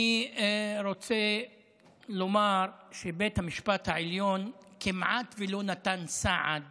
אני רוצה לומר שבית המשפט העליון כמעט שלא נתן סעד